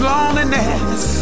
Loneliness